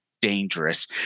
dangerous